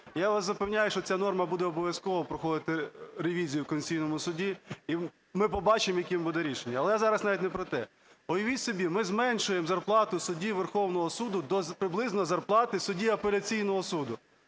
Я вас запевняю, що ця норма буде обов'язково проходити ревізію в Конституційному Суді, і ми побачимо, яким буде рішення. Але зараз навіть не про те. Уявіть собі ми зменшуємо зарплату судді Верховного Суду до приблизно зарплати судді Апеляційного суду.